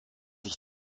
ich